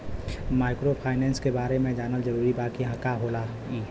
Microfinance के बारे में जानल जरूरी बा की का होला ई?